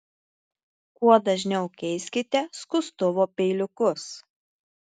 kuo dažniau keiskite skustuvo peiliukus